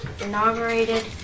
inaugurated